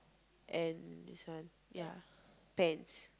and this one ya pants